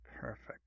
Perfect